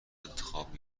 انتخاب